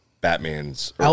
Batman's